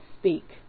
speak